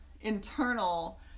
internal